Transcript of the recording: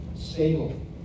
stable